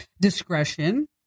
discretion